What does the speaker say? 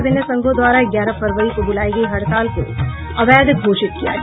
विभिन्न संघों द्वारा ग्यारह फरवरी को बुलाई गयी हड़ताल को अवैध घोषित किया गया